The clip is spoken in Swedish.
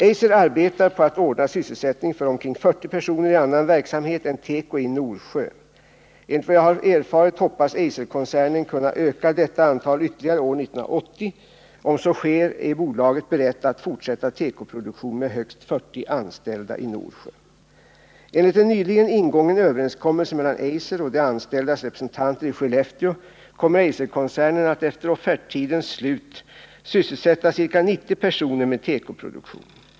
Eiser arbetar på att ordna sysselsättning för omkring 40 personer i annan verksamhet än teko i Norsjö. Enligt vad jag har erfarit hoppas Eiserkoncernen kunna öka detta antal ytterligare år 1980. Om så inte sker är bolaget berett att fortsätta tekoproduktionen med högst 40 anställda i Norsjö. Enligt en nyligen ingången överenskommelse mellan Eiser och de anställdas representanter i Skellefteå kommer Eiserkoncernen att efter offerttidens slut sysselsätta ca 90 personer med tekoproduktion.